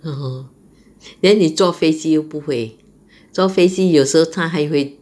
(uh huh) then 你坐飞机又不会坐飞机有时候它还会